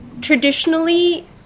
traditionally